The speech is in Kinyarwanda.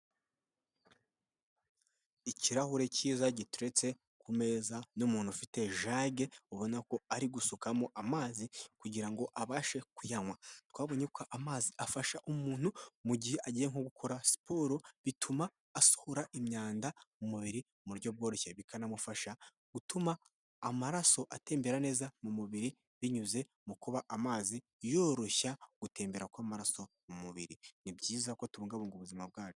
Ikirahure cyiza giteretse ku meza, n'umuntu ufite jage ubona ko ari gusukamo amazi kugira ngo abashe kuyanywa, twabonye ko amazi afasha umuntu mu gihe agiye nko gukora siporo bituma asukura imyanda mu mubiri mu buryo bworoshye bikanamufasha gutuma amaraso atembera neza mu mubiri binyuze mu kuba amazi yoroshya gutembera kw'amaraso mu mubiri, ni byiza ko tubungabunga ubuzima bwacu.